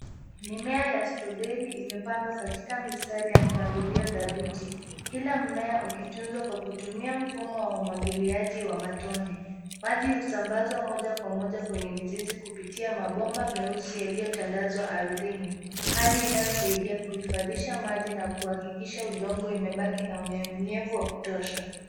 Mimea ya strawberry imepandwa katika mistari ya mpangilio dhabiti, kila mmea ukitunzwa kwa kutumia mfumo wa umwagiliaji wa matone. maji husambazwa moja kwa moja kwenye mizizi kupitia mabomba meusi yaliyotandazwa ardhini, hali inayosaidia kuhifadhisha maji na kuhakikisha udongo imebaki na unyevunyevu wa kutosha.